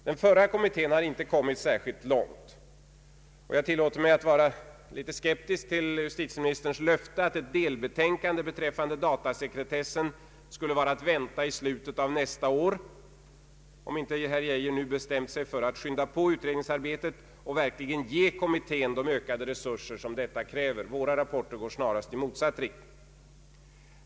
Den förra kommittén har inte kommit särskilt långt, och jag tillåter mig att vara litet skeptisk mot justitieministerns löfte att ett delbetänkande beträffande datasekretessen skulle var att vänta i slutet av nästa år, såvida inte herr Geijer nu bestämt sig för att skynda på utredningsarbetet och verkligen ge kommittén de ökade resurser som detta kräver. Våra rapporter går snarast i motsatt riktning.